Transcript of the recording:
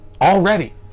already